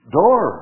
door